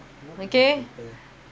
okay